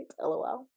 lol